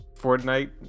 Fortnite